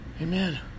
Amen